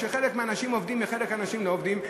כשחלק מהאנשים עובדים וחלק מהאנשים לא עובדים,